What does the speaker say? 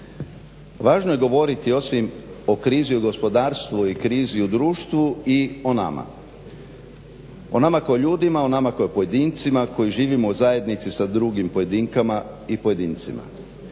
važno je govoriti osim u krizi u gospodarstvu i krizi u društvu i o nama, o nama kao ljudima, o nama kao pojedincima koji živimo u zajednici sa drugim pojedinkama i pojedincima.